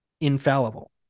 infallible